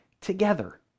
together